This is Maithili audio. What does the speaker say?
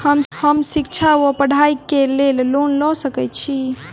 हम शिक्षा वा पढ़ाई केँ लेल लोन लऽ सकै छी?